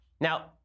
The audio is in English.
Now